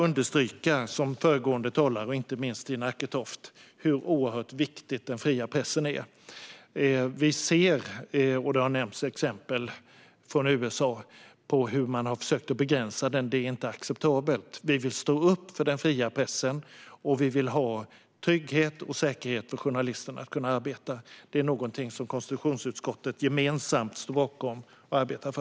Liksom föregående talare, inte minst Tina Acketoft, vill jag bara understryka hur oerhört viktig den fria pressen är. Vi ser hur man har försökt att begränsa den fria pressen, och det har nämnts exempel från USA. Det är inte acceptabelt. Vi vill stå upp för den fria pressen, och vi vill ha trygghet och säkerhet för journalister så att de kan arbeta. Det är någonting som konstitutionsutskottet gemensamt står bakom och arbetar för.